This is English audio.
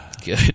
Good